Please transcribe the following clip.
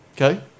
Okay